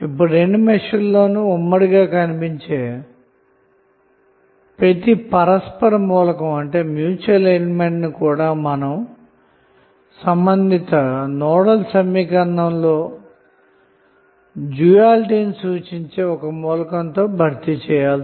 ఇప్పుడు రెండు మెష్ ల లోను ఉమ్మడిగా కనిపించే ప్రతి పరస్పర మూలకాన్ని కూడా మనం సంబంధిత నోడల్ సమీకరణంలో డ్యూయాలిటీ ని సూచించే మూలకం తో భర్తీ చేయాలి